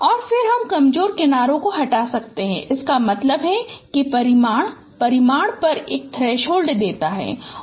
और फिर हम कमजोर किनारों को हटा सकते हैं इसका मतलब है कि परिमाण परिमाण पर एक थ्रेसहोल्ड देता है